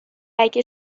اگه